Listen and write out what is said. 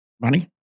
money